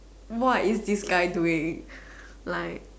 what is this guy doing like